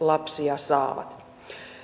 lapsia saavat